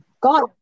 God